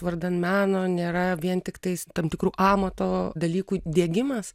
vardan meno nėra vien tiktais tam tikrų amato dalykų diegimas